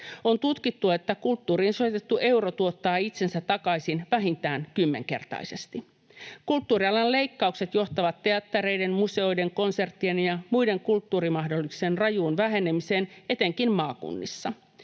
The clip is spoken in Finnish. On tutkittu, että kulttuuriin sijoitettu euro tuottaa itsensä takaisin vähintään kymmenkertaisesti. Kulttuurialan leikkaukset johtavat teattereiden, museoiden, konserttien ja muiden kulttuurimahdollisuuksien rajuun vähenemiseen etenkin maakunnissa,